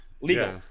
Legal